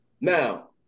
Now